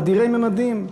אדירי ממדים,